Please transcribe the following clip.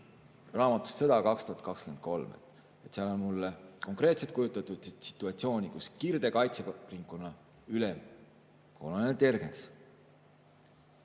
raamatust "Sõda 2023". Seal on mul konkreetselt kujutatud situatsiooni, kus Kirde kaitseringkonna ülem kolonel Tergens